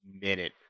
minute